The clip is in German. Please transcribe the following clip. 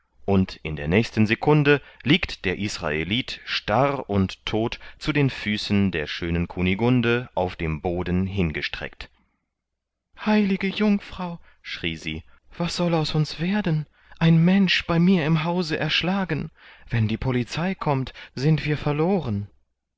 und in der nächsten sekunde liegt der israelit starr und todt zu den füßen der schönen kunigunde auf dem boden hingestreckt heilige jungfrau schrie sie was soll aus uns werden ein mensch bei mir im hause erschlagen wenn die polizei kommt sind wir verloren